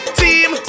team